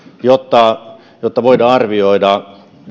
jotta jotta voidaan arvioida